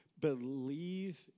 Believe